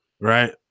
Right